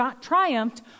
triumphed